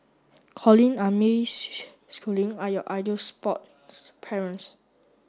Colin May Schooling are your ideal sports parents